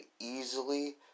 easily